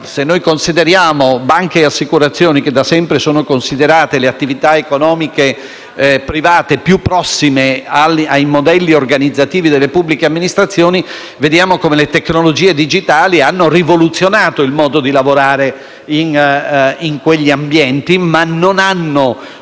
Se noi consideriamo banche e assicurazioni, che da sempre sono considerate le attività economiche private più prossime ai modelli organizzativi delle pubbliche amministrazioni, vediamo come le tecnologie digitali abbiano rivoluzionato il modo di lavoro in quegli ambienti, ma non abbiano